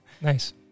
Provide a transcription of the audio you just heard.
Nice